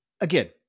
again